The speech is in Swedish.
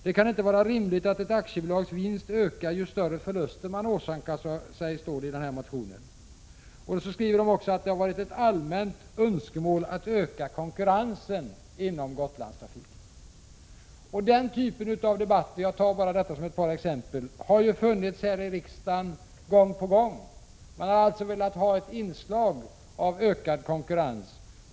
Det kan inte vara rimligt att ett aktiebolags vinst ökar ju större förluster man åsamkas, står det i den motionen. De skriver också att det har varit ett allmänt önskemål att öka konkurrensen inom Gotlandstrafiken. Detta tar jag bara som exempel. Den typen av debatt har förts här i riksdagen gång på gång. Man har velat — Prot. 1986/87:62 ha ett inslag av ökad konkurrens.